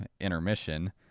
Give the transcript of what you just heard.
Intermission